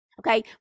Okay